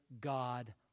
God